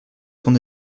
son